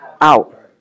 out